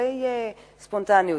די ספונטניות.